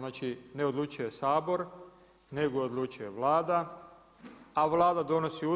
Znači ne odlučuje Sabor, nego odlučuje Vlada, a Vlada donosi